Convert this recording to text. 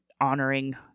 honoring